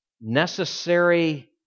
necessary